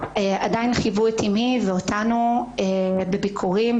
עדיין חייבו את אימי ואותנו בביקורים,